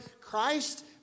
Christ